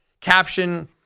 caption